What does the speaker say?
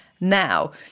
now